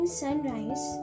sunrise